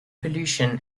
pollution